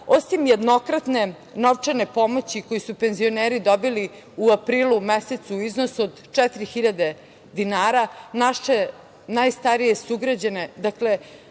Osim jednokratne novčane pomoći koju su penzioneri dobili u aprilu mesecu u iznosu od 4.000 dinara, naši najstariji sugrađani, dakle,